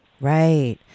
Right